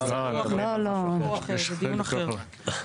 רגע, רגע.